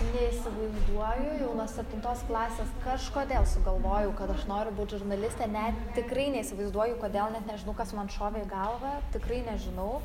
neįsivaizduoju jau nuo septintos klasės kažkodėl sugalvojau kad aš noriu būt žurnalistė net tikrai neįsivaizduoju kodėl net nežinau kas man šovė į galvą tikrai nežinau